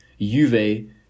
Juve